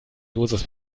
dosis